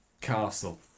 castle